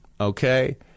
okay